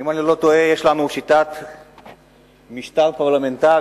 אני לא טועה יש לנו שיטת משטר פרלמנטרית,